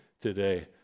today